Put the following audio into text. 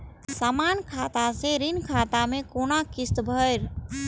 समान खाता से ऋण खाता मैं कोना किस्त भैर?